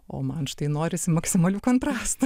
o man štai norisi maksimalių kontrastų